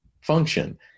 function